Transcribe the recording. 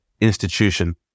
institution